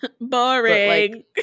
Boring